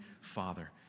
father